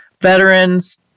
veterans